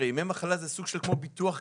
ימי מחלה זה סוג של ביטוח קבוצתי,